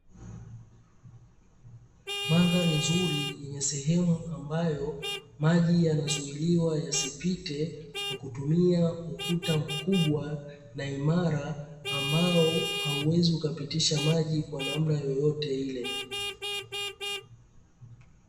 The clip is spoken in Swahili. Mandhari nzuri yenye sehemu ambayo maji yanazuiliwa yasipite, kwa kutumia ukuta mkubwa na imara, ambao hauwezi ukapitisha maji kwa namna yeyote ile.